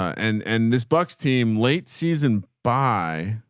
and, and this buck's team late season by